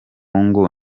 ngo